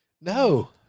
No